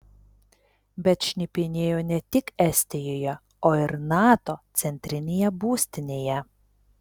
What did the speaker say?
bet šnipinėjo ne tik estijoje o ir nato centrinėje būstinėje